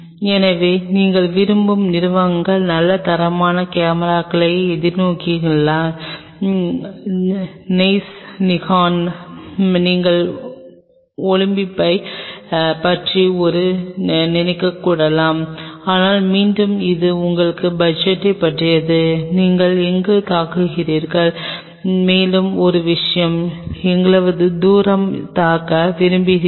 எனவே நீங்கள் விரும்பும் நிறுவனங்கள் நல்ல தரமான கேமராக்களை எதிர்நோக்குகின்றன ஜெய்ஸ் நிகான் நீங்கள் ஒலிம்பஸைப் பற்றி கூட நினைக்கலாம் ஆனால் மீண்டும் இது உங்கள் பட்ஜெட்டைப் பற்றியது நீங்கள் எங்கு தாக்குகிறீர்கள் மேலும் ஒரு விஷயம் எவ்வளவு தூரம் தாக்க விரும்புகிறீர்கள்